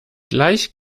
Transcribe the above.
gleich